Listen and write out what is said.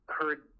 heard